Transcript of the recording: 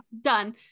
done